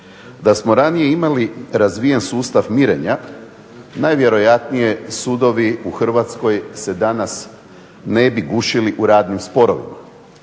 Da smo ranije imali razvijen sustav mirenja najvjerojatnije sudovi u Hrvatskoj se danas ne bi gušili u radnim sporovima.